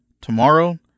tomorrow